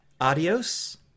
Adios